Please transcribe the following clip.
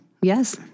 Yes